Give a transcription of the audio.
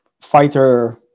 fighter